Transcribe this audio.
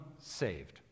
saved